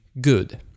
good